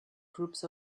groups